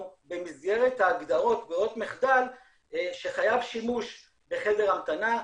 במסגרת ההגדרות ברירות מחדל שחייב שימוש בחדר המתנה,